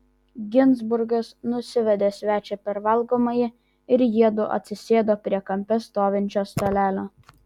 ginzburgas nusivedė svečią per valgomąjį ir jiedu atsisėdo prie kampe stovinčio stalelio